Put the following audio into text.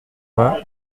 vingt